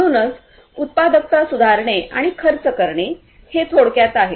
म्हणूनच उत्पादकता सुधारणे आणि खर्च कमी करणे हे थोडक्यात आहे